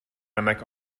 نمک